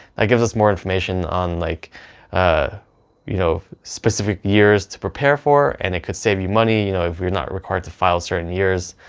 that gives us more information on like ah you know, specific years to prepare for and it could save you money. you know if you're not required to file certain years,